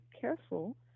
careful